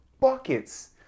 buckets